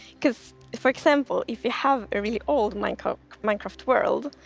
because for example, if you have a really old minecraft minecraft world,